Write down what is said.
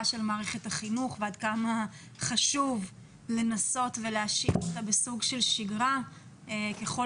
של מערכת החינוך ועד כמה חשוב לנסות ולהשאיר אותה בסוג של שגרה ככל